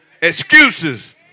Excuses